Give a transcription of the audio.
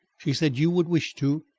she said you would wish to,